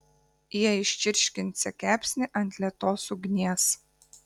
jie iščirškinsią kepsnį ant lėtos ugnies